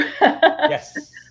Yes